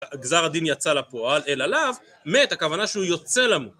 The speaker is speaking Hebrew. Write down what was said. גזר הדין יצא לפועל, אלא לאו, מת, הכוונה שהוא יוצא למות.